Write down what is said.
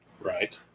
Right